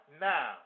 now